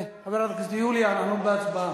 מתבוססים בדם, חברת הכנסת יוליה, אנחנו בהצבעה.